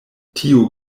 tio